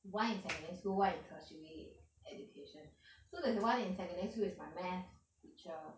one in secondary school one in tertiary education so there's one in secondary school is my math teacher